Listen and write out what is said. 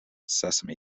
sesame